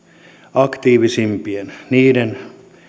aktiivisimpien niiden